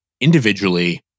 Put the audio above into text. individually